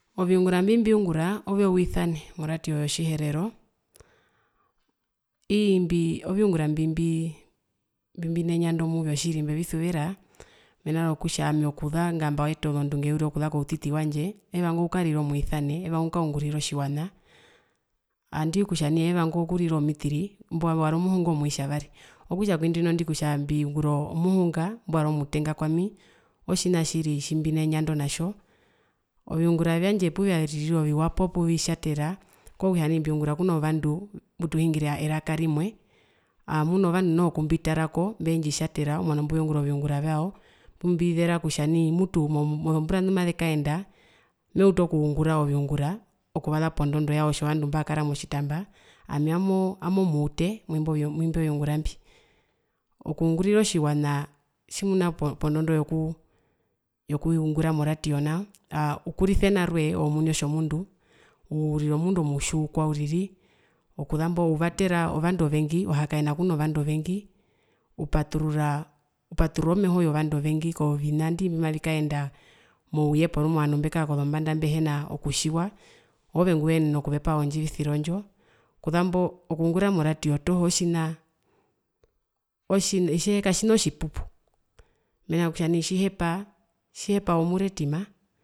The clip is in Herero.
Oviungura mbimbiungura nai oyouisane mo poradio yotjiherero iii mbi oviungura mbimbi nenyando muvyo tjiri mbevisuvera mena rokutja ami okuza ngambaeta ozondunge uriri okuza koutiti wandje eevanga okukarira omuisane eevanga okukaungurira otjiwana andi kutja nai evanga okurira omitiri imbo wari omuhunga omutjavari okutja kundino ndi kutja mbiungura omuhunga mbwari omutenga kwami otjina tjiri tjimbinenyando natjo, oviungura vyandje puvyarira oviwa poo puvitjatera okokutja nai mbiungura kuno vandu mbutuhungira eraka rimwe muno vandu noho kumbitarako mbendjitjatera omwano mbuveungura oviungura vyao pumbizera kutja nai mutu mukuru ozombura ndumazekaenda mutu meutu okungura oviungura okuvasa pondondo yao otjo vandu mbakara motjitamba ami owami oo owami omuute mumbyo oviungura mbi. okungurira otjiwana tjimuna pondondo yokungura moradio nao aa ukurisa enarwee omuni otjomundu urira omundu omutjiukwa uriri okuzambo uvatera ovandu ovendu ovengi uhakaena kuna ovandu ovengi upaturura upaturura omeho wovandu ovengi kovina mbimavikaenda mouye mbekaa kozombanda mbehena okutjiwa ove nguyenena okuvepa ondjivisiro ndjo okuzambo okungura moradio toho otjina otjina hitje katjina otjipupu mena rokutja nai tjihepa tjihepa omuretima.